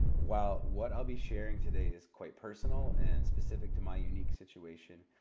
while what i'll be sharing today is quite personal and specific to my unique situation,